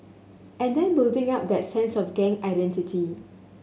and then building up that sense of gang identity